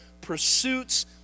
pursuits